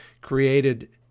created